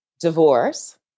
divorce